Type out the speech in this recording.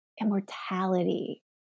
immortality